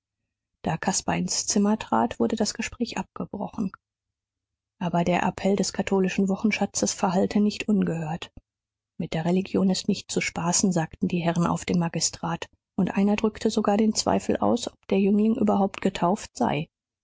da caspar ins zimmer trat wurde das gespräch abgebrochen aber der appell des katholischen wochenschatzes verhallte nicht ungehört mit der religion ist nicht zu spaßen sagten die herren auf dem magistrat und einer drückte sogar den zweifel aus ob der jüngling überhaupt getauft sei